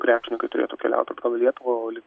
krepšininkai turėtų keliaut atgal į lietuvą o li